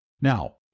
Now